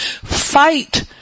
Fight